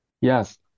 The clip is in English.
Yes